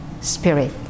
spirit